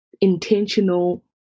intentional